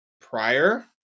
prior